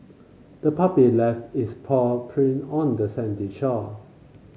the puppy left its paw print on the sandy shore